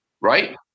right